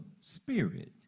Spirit